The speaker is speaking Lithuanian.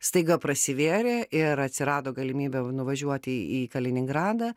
staiga prasivėrė ir atsirado galimybė nuvažiuoti į kaliningradą